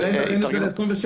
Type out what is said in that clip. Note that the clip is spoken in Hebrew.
לכן דחינו את זה ל-27.